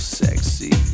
sexy